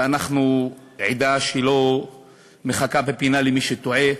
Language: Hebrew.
ואנחנו עדה שלא מחכה בפינה למי שטועה.